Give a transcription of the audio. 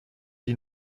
die